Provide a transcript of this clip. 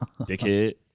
Dickhead